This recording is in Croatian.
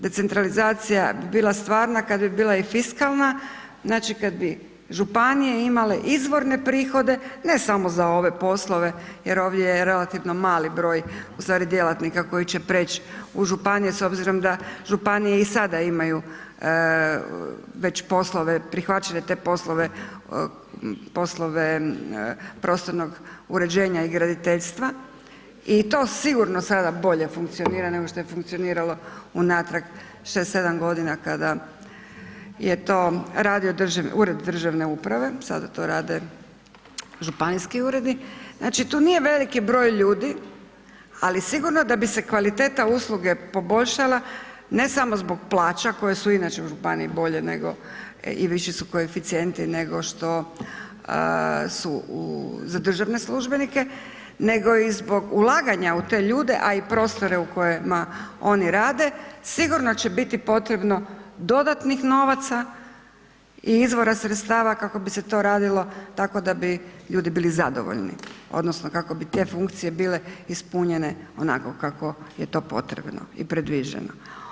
Decentralizacija bi bila stvarna kad bi bila i fiskalna, znači kad bi županije imale izvorne prihode, ne samo za ove poslove jer ovdje je relativno mali broj u stvari, djelatnika koji će preći u županije s obzirom da županije i sada imaju već poslove, prihvaćene te poslove prostornog uređenja i graditeljstva i to sigurno sada bolje funkcionira nego što je funkcioniralo unatrag 6, 7 godina kada je to radio Ured državne uprave, sada to rade županijski uredi, znači tu nije veliki broj ljudi, ali sigurno da bi se kvaliteta usluge poboljšala, ne samo zbog plaća koje su i inače u županiji bolje nego i viši su koeficijenti nego što su za državne službenike nego i zbog ulaganja u te ljude, a i prostore u kojima oni rade, sigurno će biti potrebno dodatnih novaca i izbora sredstava kako bi se to radilo, tako da bi ljudi bili zadovoljni, odnosno kako bi te funkcije bile ispunjene onako kako je to potrebno i predviđeno.